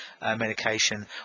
medication